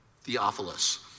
Theophilus